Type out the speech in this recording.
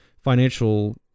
financial